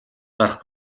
гарах